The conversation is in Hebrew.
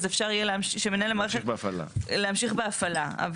אפשר שמנהל המערכת ימשיך בהפעלה.